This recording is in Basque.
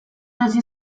hasi